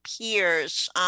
peers